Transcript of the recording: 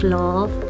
love